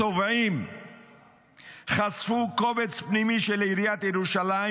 התובעים חשפו קובץ פנימי של עיריית ירושלים